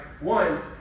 One